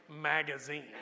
Magazine